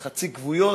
חצי כבויות,